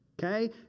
Okay